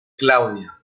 claudia